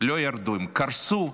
לא ירדו, הן קרסו